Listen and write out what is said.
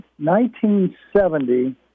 1970